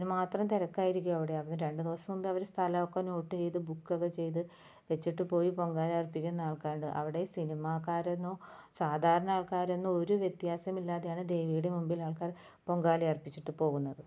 അതിനുമാത്രം തിരക്കായിരിക്കും അവിടെ അവരു രണ്ടു ദിവസം മുൻപവർ സ്ഥലമൊക്കെ നോട്ട് ചെയ്ത് ബുക്കൊക്കെ ചെയ്ത് വെച്ചിട്ടുപോയി പൊങ്കാല അർപ്പിക്കുന്ന ആൾക്കാരുണ്ട് അവിടെ സിനിമാക്കാരെന്നോ സാധാരണ ആൾക്കാരെന്നോ ഒരു വ്യത്യാസവുമില്ലാതെയാണ് ദേവിയുടെ മുൻപിൽ ആൾക്കാർ പൊങ്കാല അർപ്പിച്ചിട്ടു പോകുന്നത്